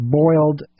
boiled